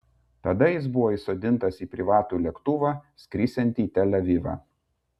tada jis buvo įsodintas į privatų lėktuvą skrisiantį į tel avivą